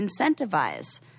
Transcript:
incentivize